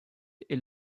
est